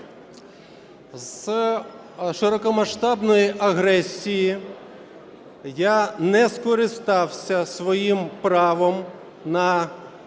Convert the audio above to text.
З широкомасштабної агресії, я не скористався своїм правом на те,